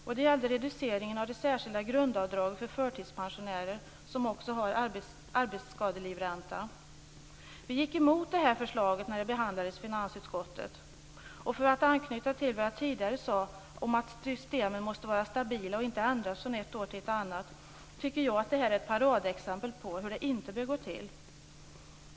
Det gäller reduceringen av det särskilda grundavdraget för förtidspensionärer som också har arbetsskadelivränta. Vi gick emot det här förslaget när det behandlades i finansutskottet. För att anknyta till vad jag tidigare sade om att systemen måste vara stabila och inte ändras från ett år till ett annat, tycker jag att det här är ett paradexempel på hur det inte bör gå till.